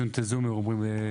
פה.